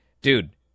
Dude